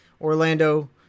Orlando